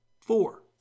four